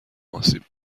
آسیب